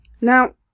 Now